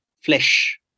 flesh